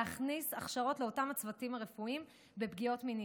להכניס הכשרות לאותם הצוותים הרפואיים בפגיעות מיניות.